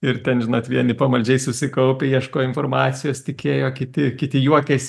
ir ten žinot vieni pamaldžiai susikaupę ieško informacijos tikėjo kiti kiti juokias